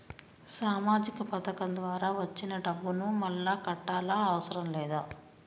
సామాజిక పథకం ద్వారా వచ్చిన డబ్బును మళ్ళా కట్టాలా అవసరం లేదా?